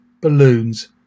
balloons